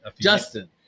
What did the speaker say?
Justin